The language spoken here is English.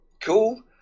Cool